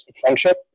friendship